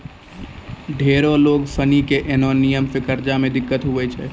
ढेरो लोग सनी के ऐन्हो नियम से कर्जा मे दिक्कत हुवै छै